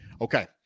Okay